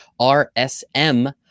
RSM